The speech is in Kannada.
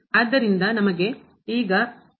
ಆದ್ದರಿಂದ ನಮಗೆ ಈಗ ಕೇವಲ ಒಂದು ವೇರಿಯಬಲ್ ನ ಮಿತಿ ಇದೆ